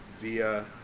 via